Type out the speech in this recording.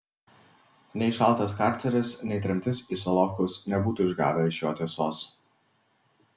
nei šaltas karceris nei tremtis į solovkus nebūtų išgavę iš jo tiesos